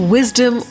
Wisdom